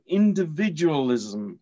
individualism